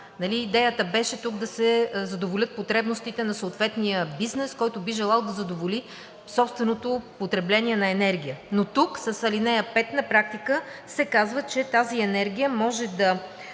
идеята беше тук да се задоволят потребностите на съответния бизнес, който би желал да задоволи собственото потребление на енергия. Но тук с ал. 5 на практика се казва, че тази енергия може да